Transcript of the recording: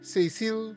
Cecil